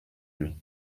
lui